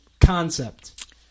concept